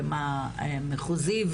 ומה באמת מחוזי,